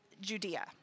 Judea